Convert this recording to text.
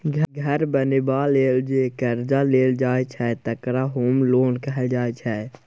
घर बनेबा लेल जे करजा लेल जाइ छै तकरा होम लोन कहल जाइ छै